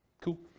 Cool